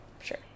Sure